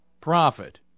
profit